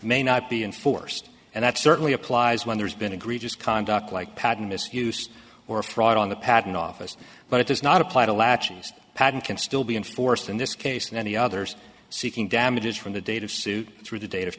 may not be enforced and that certainly applies when there's been agreed just conduct like patent misuse or fraud on the patent office but it does not apply to latch ins patent can still be enforced in this case and any others seeking damages from the date of suit through the date of